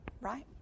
right